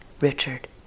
Richard